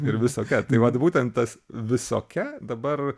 ir visokia tai vat būtent tas visokia dabar